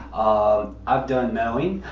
um i've done mowing.